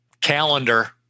calendar